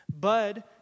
Bud